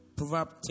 Proverbs